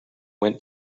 went